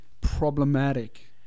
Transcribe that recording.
problematic